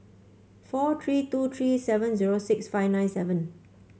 four three two three seven zero six five nine seven